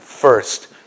First